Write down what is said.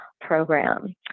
program